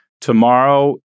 Tomorrow